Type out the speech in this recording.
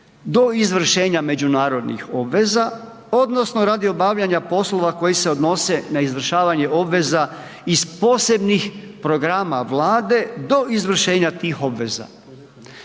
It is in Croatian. do izvršenja međunarodnih obveza, odnosno radi obavljanja poslova koji se odnose na izvršavanje obveza iz posebnih programa Vlade do izvršenja tih obaveza.